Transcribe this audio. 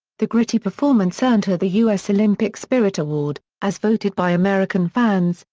the gritty performance earned her the u s. olympic spirit award, as voted by american fans,